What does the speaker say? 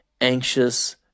anxious